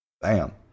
Bam